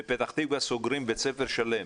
בפתח קווה סוגרים בית ספר שלם.